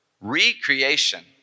recreation